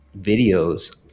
videos